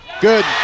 Good